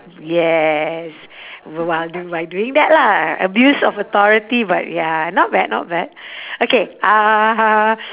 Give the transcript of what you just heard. yes while do~ while doing that lah abuse of authority but ya not bad not bad okay uh